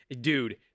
Dude